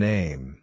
Name